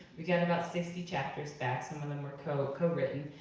we get about sixty chapters back, some of them were co-written,